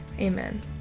Amen